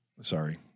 Sorry